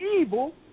evil